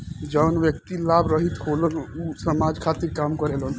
जवन व्यक्ति लाभ रहित होलन ऊ समाज खातिर काम करेलन